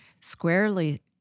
squarely